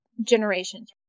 generations